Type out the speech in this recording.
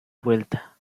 vuelta